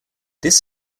this